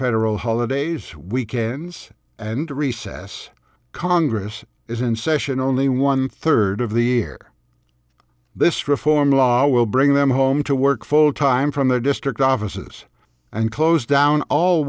federal holidays weekends and recess congress is in session only one third of the year this reform law will bring them home to work full time from their district offices and close down all